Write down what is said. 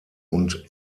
und